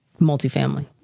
multifamily